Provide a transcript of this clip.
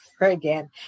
again